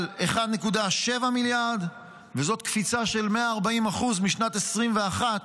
על 1.7 מיליארד, וזאת קפיצה של 140% משנת 2021,